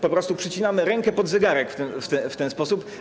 Po prostu przycinamy rękę pod zegarek w ten sposób.